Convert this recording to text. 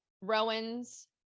rowans